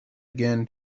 again